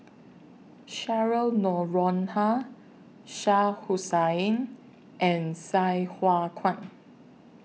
Cheryl Noronha Shah Hussain and Sai Hua Kuan